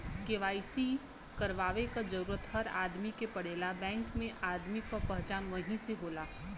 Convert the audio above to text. KYC करवाये क जरूरत हर आदमी के पड़ेला बैंक में आदमी क पहचान वही से होला